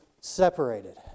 Separated